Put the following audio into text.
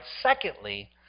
Secondly